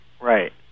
right